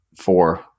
four